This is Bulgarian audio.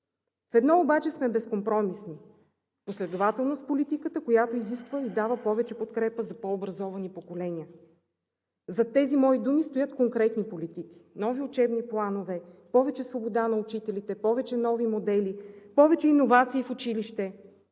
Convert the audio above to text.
В едно обаче сме безкомпромисни – последователност в политиката, която изисква и дава повече подкрепа за по-образовани поколения. Зад тези мои думи стоят конкретни политики, нови учебни планове, повече свобода на учителите, повече нови модели, повече иновации в училище,